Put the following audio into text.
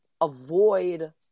avoid